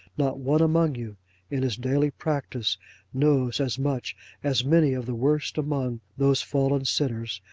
not one among you in his daily practice knows as much as many of the worst among those fallen sinners,